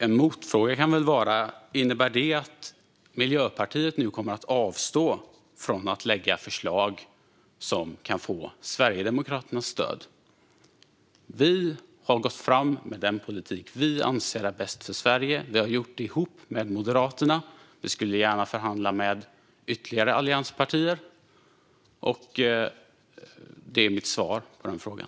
En motfråga kan väl vara: Innebär detta att Miljöpartiet nu kommer att avstå från att lägga fram förslag som kan få Sverigedemokraternas stöd? Vi har gått fram med den politik som vi anser är bäst för Sverige. Vi har gjort det ihop med Moderaterna. Vi skulle gärna förhandla med ytterligare allianspartier. Det är mitt svar på frågan.